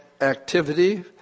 activity